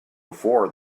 before